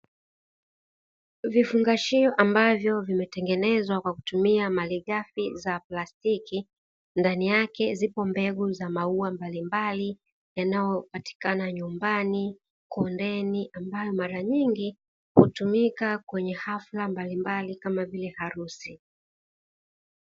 Vifungashio ambavyo vimetengenezwa kwa kutumia malighafi za plastiki, ndani yake zipo mbegu za maua mbalimbali yanayopatikana nyumbani, kondeni ambayo mara nyingi hutumika kwenye hafla mbalimbali kama vile harusi.